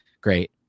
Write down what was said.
Great